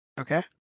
Okay